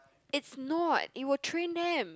it's not it will train them